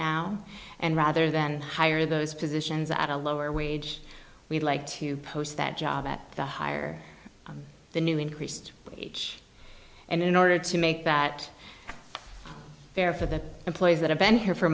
now and rather than hire those positions at a lower wage we'd like to post that job at the higher the new increased age and in order to make that fair for the employees that have been here for